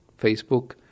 Facebook